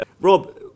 Rob